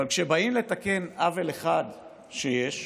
אבל כשבאים לתקן עוול אחד שיש,